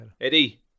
Eddie